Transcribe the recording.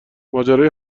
ماجرای